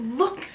look